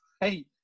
hey